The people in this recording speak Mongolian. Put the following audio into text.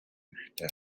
хэрэгтэй